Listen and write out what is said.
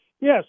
Yes